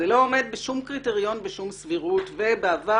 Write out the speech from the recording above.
זה לא עומד בשום קריטריון ובשום סבירות ובעבר,